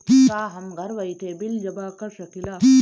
का हम घर बइठे बिल जमा कर शकिला?